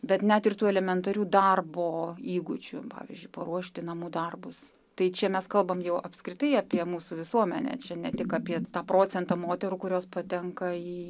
bet net ir tų elementarių darbo įgūdžių pavyzdžiui paruošti namų darbus tai čia mes kalbam jau apskritai apie mūsų visuomenę čia ne tik apie tą procentą moterų kurios patenka į